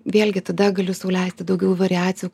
vėlgi tada galiu sau leisti daugiau variacijų